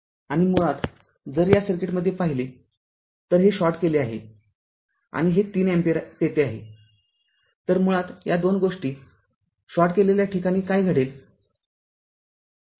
आणि मुळात जर या सर्किटमध्ये पाहिले तर हे शॉर्ट केले आहे आणि हे ३ अँपिअर तेथे आहे तर मुळात या दोन गोष्टी शॉर्ट केलेल्या ठिकाणी काय घडेल